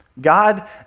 God